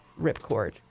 ripcord